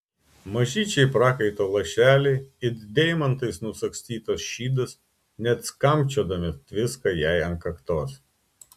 mažyčiai prakaito lašeliai it deimantais nusagstytas šydas net skambčiodami tviska jai ant kaktos